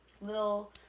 Little